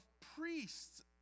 priests